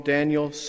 Daniel